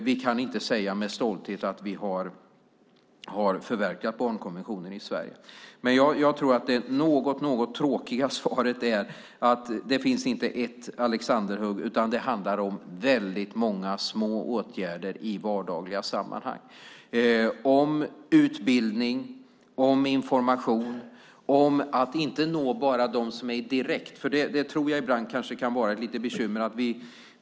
Vi kan inte säga med stolthet att vi har förverkligat barnkonventionen i Sverige, men jag tror att det något tråkiga svaret är att det inte finns ett Alexanderhugg utan att det handlar om väldigt många små åtgärder i vardagliga sammanhang, om utbildning, om information och om att inte nå bara dem som har direkt kontakt med barnen. Det tror jag ibland kan vara ett litet bekymmer.